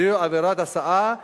סביב עבירת ההסעה התעוררה,